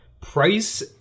price